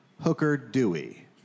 Hooker-Dewey